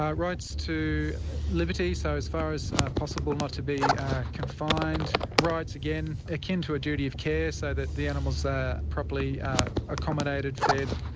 rights to liberty, so as far as possible not to be confined, rights again akin to a duty of care, so that the animals are properly accommodated, fed,